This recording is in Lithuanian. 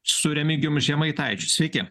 su remigijum žemaitaičiu sveiki